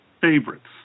favorites